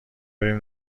بریم